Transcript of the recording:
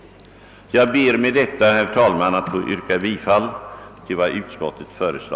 Jag ber med detta, herr talman, att få yrka bifall till vad utskottet föresla